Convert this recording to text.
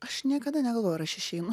aš niekada negalvojau ar aš išeinu